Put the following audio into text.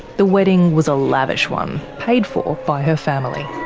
the wedding was a lavish one, paid for by her family.